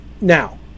now